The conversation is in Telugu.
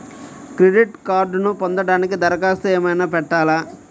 క్రెడిట్ కార్డ్ను పొందటానికి దరఖాస్తు ఏమయినా పెట్టాలా?